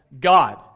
God